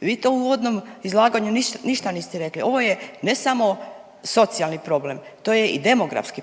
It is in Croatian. Vi to u uvodnom izlaganju ništa niste rekli. Ovo je ne samo socijalni problem, to je i demografski